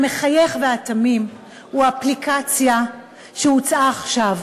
המחייך והתמים הוא אפליקציה שהוצאה עכשיו,